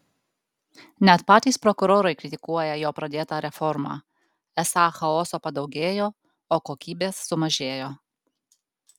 net patys prokurorai kritikuoja jo pradėtą reformą esą chaoso padaugėjo o kokybės sumažėjo